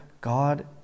God